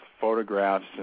photographs